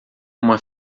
uma